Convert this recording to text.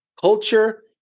Culture